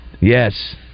Yes